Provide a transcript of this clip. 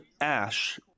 Ash